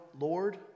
Lord